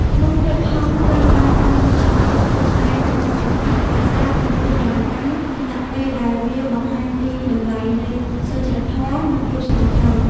រូបភាពហង្សត្រូវបានប្រើជាធាតុតុបតែងក្នុងសិល្បៈ ប្រាសាទ និងគ្រឿងអលង្ការ ខណៈពេលដែលវាបង្ហាញពីតម្លៃនៃសុចរិតធម៌ និងភាពស្មោះត្រង់។